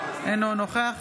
אינו נוכח